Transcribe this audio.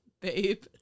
babe